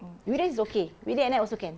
mm weekdays it's okay weekday at night also can